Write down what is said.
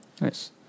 Nice